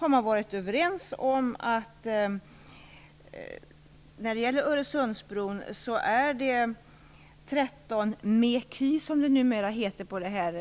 När man diskuterade dessa frågor i grupp senast var man överens om att den siffra som skall gälla för Öresundsbron är 13 mecu, som det numera heter - Från den